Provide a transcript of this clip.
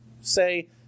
say